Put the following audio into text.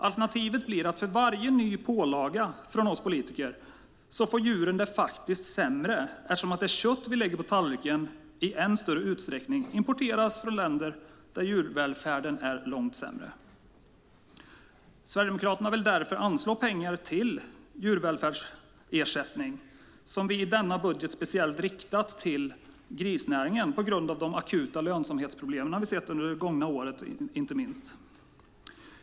Alternativet blir att djuren för varje ny pålaga från oss politiker faktiskt får det sämre, eftersom det kött vi lägger på tallriken i än större utsträckning importeras från länder där djurvälfärden är långt sämre. Sverigedemokraterna vill därför anslå pengar till djurvälfärdsersättning, och de pengarna har vi i denna budget riktat speciellt till grisnäringen på grund av de akuta lönsamhetsproblem som vi har sett inte minst under det gångna året.